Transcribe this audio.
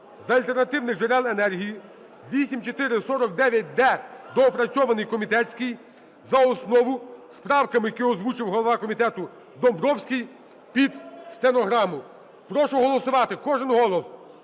з альтернативних джерел енергії (8449-д), доопрацьований комітетський, за основу з правками, який озвучив голова комітету Домбровський під стенограму. Прошу голосувати. Кожен голос.